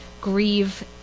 grieve